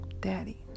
daddy